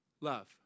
love